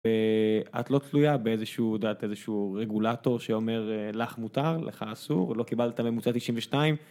ואת לא תלויה באיזשהו יודעת, איזשהו רגולטור שאומר לך מותר, לך אסור, לא קיבלת ממוצע 92